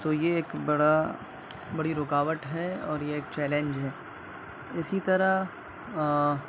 تو یہ ایک بڑا بڑی رکاوٹ ہے اور یہ ایک چیلنج ہے اسی طرح